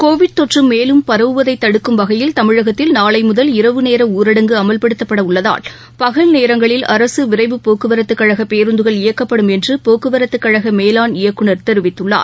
Covid தொற்று மேலும் பரவுவதை தடுக்கும் வகையில் தமிழகத்தில் நாளை முதல் இரவு நேர ஊரடங்கு அமல்படுத்தப்பட உள்ளதால் பகல் நேரங்களில் அரசு விரைவுப் போக்குவரத்து கழக பேருந்துகள் இயக்கப்படும் என்று போக்குவரத்துக் கழக மேலாண் இயக்குநர் தெரிவித்துள்ளார்